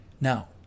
Now